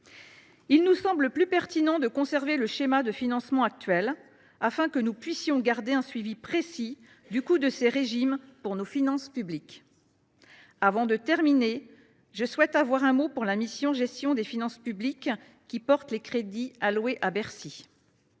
Il nous semble plus pertinent de conserver le schéma de financement actuel, afin de garder un suivi précis du coût de ces régimes pour nos finances publiques. Avant de terminer, je souhaite évoquer la mission « Gestion des finances publiques », qui regroupe les crédits alloués à Bercy.